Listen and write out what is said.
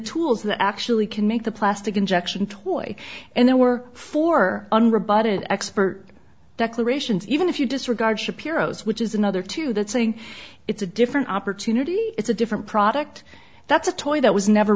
tools that actually can make the plastic injection toy and there were four unrebutted expert declarations even if you disregard shapiro's which is another two that's saying it's a different opportunity it's a different product that's a toy that was never